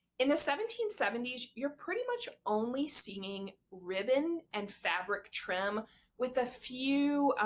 in the seventeen seventy s you're pretty much only seeing ribbon and fabric trim with a few,